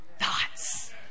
thoughts